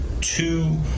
two